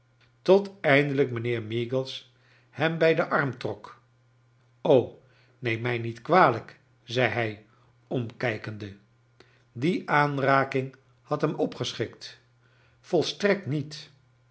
tot eindelijk mijnheer meagles hem bij den arm trok neem mij niet kwalijk zei hij omkijkende die aanraking had hem opgeschrikt volstrekt niet